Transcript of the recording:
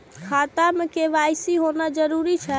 खाता में के.वाई.सी होना जरूरी छै?